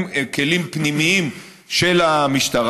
הם כלים פנימיים של המשטרה.